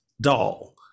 doll